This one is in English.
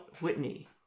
Whitney